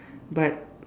but